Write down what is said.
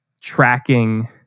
tracking